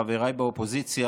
חבריי באופוזיציה,